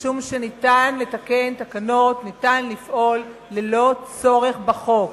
מכיוון שאפשר לתקן תקנות ואפשר לפעול ללא צורך בחוק.